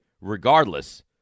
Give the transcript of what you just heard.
regardless